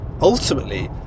ultimately